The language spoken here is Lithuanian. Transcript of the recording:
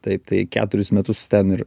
taip tai keturis metus ten ir